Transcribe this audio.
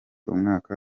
umwaka